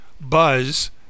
Buzz